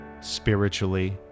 spiritually